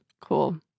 Cool